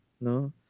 no